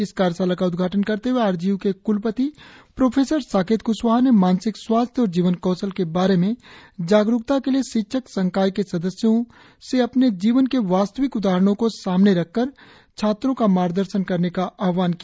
इस कार्यशाला का उदघाटन करते हए आर जी यू के क्लपति प्रोफेसर साकेत कृशवाहा ने मानसिक स्वास्थ्य और जीवन कौशल के बारे में जागरुकता के लिए शिक्षक संकाय के सदस्यों से अपने जीवन के वास्तविक उदाहरणों को सामने रखकर छात्रों का मार्गदर्शन करने का आहवान किया